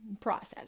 process